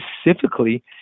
specifically